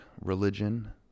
religion